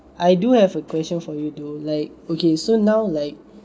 I do have a question for you to like okay so now like